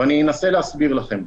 ואני אנסה להסביר לכם.